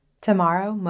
Tomorrow